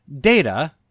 data